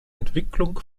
entwicklung